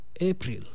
April